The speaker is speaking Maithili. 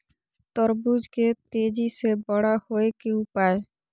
तरबूज के तेजी से बड़ा होय के उपाय?